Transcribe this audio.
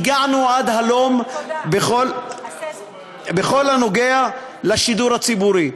איך הגענו עד הלום בכל הנוגע לשידור הציבורי.